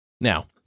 Now